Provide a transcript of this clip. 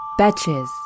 Betches